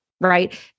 right